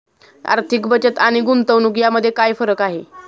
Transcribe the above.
आर्थिक बचत आणि गुंतवणूक यामध्ये काय फरक आहे?